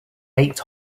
eight